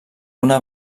una